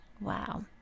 Wow